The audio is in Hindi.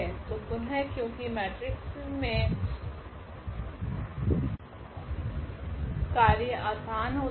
तो पुनः क्योकि मेट्रिक्स सिस्टम मे कार्य आसान होती है